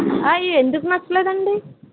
ఎందుకు నచ్చలేదండి